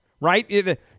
right